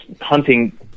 hunting